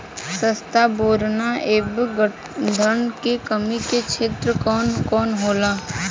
जस्ता बोरान ऐब गंधक के कमी के क्षेत्र कौन कौनहोला?